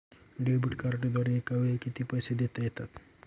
Debit कार्डद्वारे एकावेळी किती पैसे देता येतात?